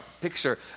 picture